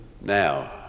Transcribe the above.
now